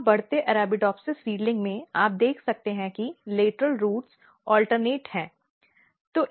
यहाँ बढ़ते Arabidopsis seedling में आप देख सकते हैं कि लेटरल रूट्स वैकल्पिक है